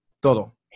todo